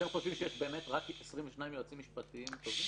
אתם באמת חושבים שיש רק 22 משפטנים טובים?